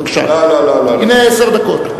בבקשה, הנה, עשר דקות.